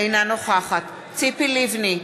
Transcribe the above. אינה נוכחת ציפי לבני,